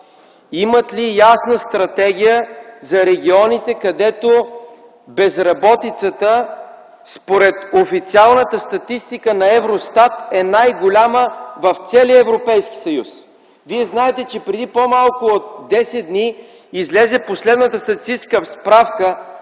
имате ли ясна стратегия за регионите, където безработицата според официалната статистика на Евростат е най-голяма в целия Европейски съюз? Вие знаете, че преди по-малко от 10 дни излезе последната статистическа справка